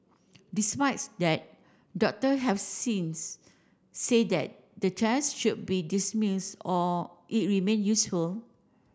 despise that doctor have since say that the test should be dismiss or it remain useful